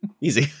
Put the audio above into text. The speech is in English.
Easy